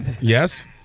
Yes